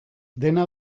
dena